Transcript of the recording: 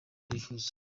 twifuza